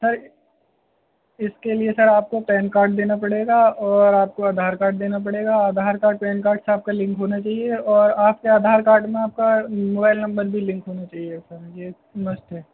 سر اس کے لیے سر آپ کو پین کاڈ دینا پڑے گا اور آپ کو آدھار کاڈ دینا پڑے گا آدھار کاڈ پین کاڈ سے آپ کا لنک ہونا چاہیے اور آپ کے آدھار کاڈ میں آپ کا موائل نمبر بھی لنک ہونے چاہیے سر یہ مسٹ ہے